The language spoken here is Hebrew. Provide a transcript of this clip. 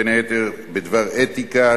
בין היתר בדבר אתיקה,